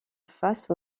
face